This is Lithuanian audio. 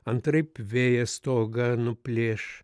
antraip vėjas stogą nuplėš